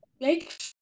make